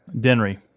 Denry